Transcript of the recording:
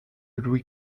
louis